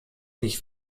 nicht